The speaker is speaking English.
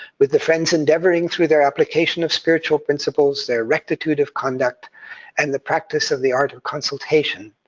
with the friends endeavoring, through their application of spiritual principles, their rectitude of conduct and the practice of the art of consultation,